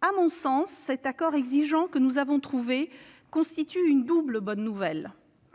À mon sens, cet accord exigeant que nous avons trouvé constitue une double bonne nouvelle.